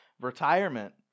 Retirement